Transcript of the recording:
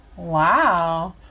wow